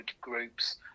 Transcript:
groups